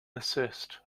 assist